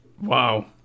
Wow